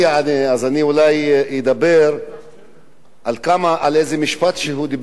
אז אולי אדבר על איזה משפט שהוא אמר,